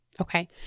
Okay